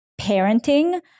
parenting